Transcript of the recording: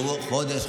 עברו חודש,